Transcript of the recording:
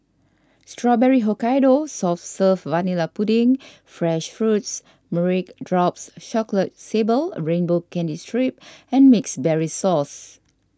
Strawberry Hokkaido soft serve vanilla pudding fresh fruits meringue drops chocolate sable a rainbow candy strip and mixed berries sauce